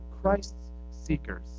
Christ-seekers